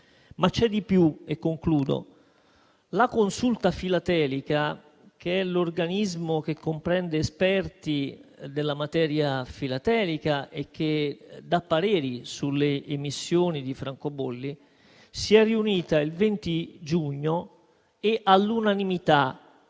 Ma c'è di più: la Consulta filatelica, che è l'organismo che comprende esperti della materia filatelica e che dà pareri sulle emissioni di francobolli, si è riunita il 20 giugno e all'unanimità